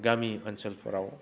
गामि ओनसोलफ्राव